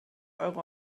euro